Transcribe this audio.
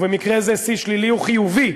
ובמקרה הזה שיא שלילי הוא חיובי,